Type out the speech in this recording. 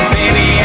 Baby